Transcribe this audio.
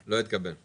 בו תקופה